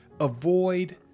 Avoid